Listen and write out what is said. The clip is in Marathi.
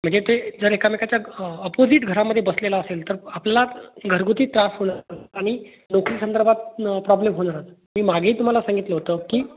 म्हणजे ते जर एकामेकाच्या अपोजिट घरामध्ये बसलेला असेल तर आपल्याला घरगुती त्रास होणार आणि नोकरी संदर्भात नं प्रॉब्लेम होणार मी मागेही तुम्हाला सांगितलं होतं की